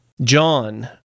John